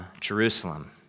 Jerusalem